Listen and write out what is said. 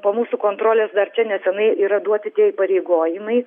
po mūsų kontrolės dar čia nesenai yra duoti tie įpareigojimai